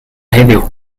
heddiw